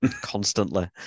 Constantly